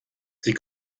sie